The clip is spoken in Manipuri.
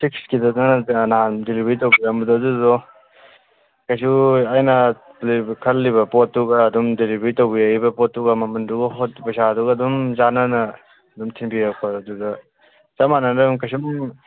ꯁꯤꯛꯁꯀꯤꯗ ꯅꯪꯅ ꯅꯍꯥꯟ ꯗꯦꯂꯤꯕꯔꯤ ꯇꯧꯕꯤꯔꯛꯑꯝꯕꯗꯣ ꯑꯗꯨꯗꯣ ꯀꯩꯁꯨ ꯑꯩꯅ ꯈꯜꯂꯤꯕ ꯄꯣꯠꯇꯨꯒ ꯑꯗꯨꯝ ꯗꯦꯂꯤꯕꯔꯤ ꯇꯧꯕꯤꯔꯛꯏꯕ ꯄꯣꯠꯇꯨꯒ ꯃꯃꯟꯗꯨꯒ ꯍꯣꯠ ꯄꯩꯁꯥꯗꯨꯒ ꯑꯗꯨꯝ ꯆꯥꯟꯅꯅ ꯑꯗꯨꯝ ꯊꯤꯟꯕꯤꯔꯛꯄ ꯑꯗꯨꯗ ꯆꯞ ꯃꯥꯟꯅꯅ ꯀꯩꯁꯨꯝ